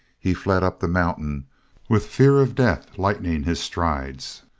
he fled up the mountain with fear of death lightening his strides,